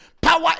Power